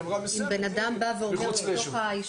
נועדה לכישלון,